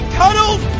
cuddled